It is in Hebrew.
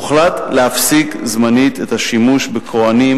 הוחלט להפסיק זמנית את השימוש בקרונועים